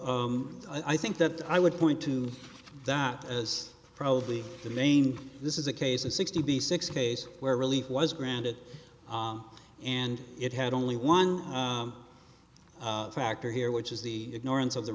i think that i would point to that as probably the main this is a case of sixty six case where relief was granted and it had only one factor here which is the ignorance of the